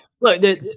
look